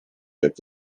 jak